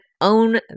own